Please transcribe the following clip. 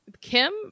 kim